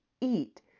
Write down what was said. eat